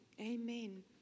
Amen